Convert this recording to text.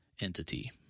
entity